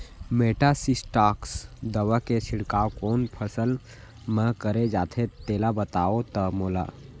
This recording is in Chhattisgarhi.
मेटासिस्टाक्स दवा के छिड़काव कोन फसल म करे जाथे तेला बताओ त मोला?